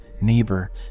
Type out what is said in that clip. neighbor